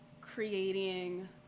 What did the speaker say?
creating